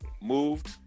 Moved